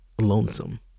Lonesome